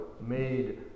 made